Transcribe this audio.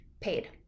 paid